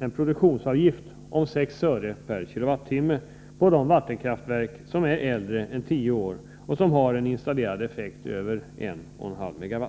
en produktionsavgift om 6 öre per kilowattimme på de vattenkraftverk som är äldre än tio år och som har en installerad effekt över 1,5 MW.